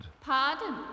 Pardon